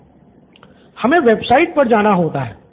student 5 हमें website पर जाना होता है